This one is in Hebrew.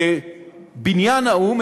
בבניין האו"ם,